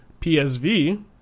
PSV